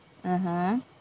mmhmm